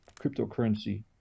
cryptocurrency